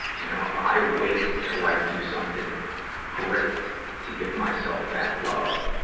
you know, if i wait until i do something great to give myself that love,